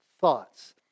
thoughts